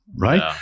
right